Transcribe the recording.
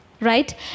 Right